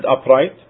upright